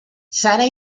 sarah